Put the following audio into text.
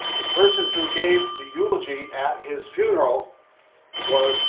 the person who gave the eulogy at his funeral was